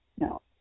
No